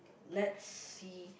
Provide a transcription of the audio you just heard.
let's see